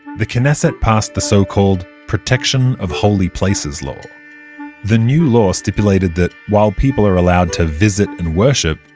the knesset passed the so-called protection of holy places law the new law stipulated that while people are allowed to visit and worship,